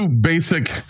basic